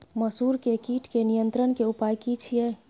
मसूर के कीट के नियंत्रण के उपाय की छिये?